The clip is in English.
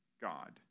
God